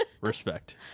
Respect